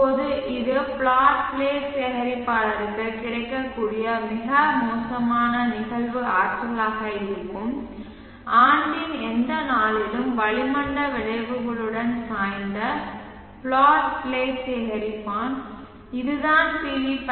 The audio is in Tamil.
இப்போது இது பிளாட் பிளேட் சேகரிப்பாளருக்கு கிடைக்கக்கூடிய மிக மோசமான நிகழ்வு ஆற்றலாக இருக்கும் ஆண்டின் எந்த நாளிலும் வளிமண்டல விளைவுகளுடன் சாய்ந்த பிளாட் பிளேட் சேகரிப்பான் இதுதான் பி